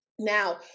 Now